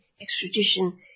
extradition